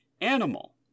animal